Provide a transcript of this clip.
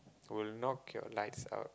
will knock your lights out